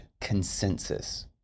consensus